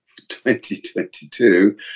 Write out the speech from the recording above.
2022